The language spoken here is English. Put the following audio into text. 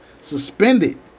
Suspended